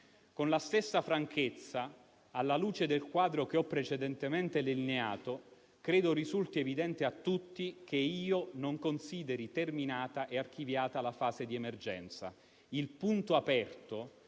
Con la stessa franchezza, alla luce del quadro che ho precedentemente lineato, credo risulti evidente a tutti che io non considero terminata e archiviata la fase di emergenza. Il punto aperto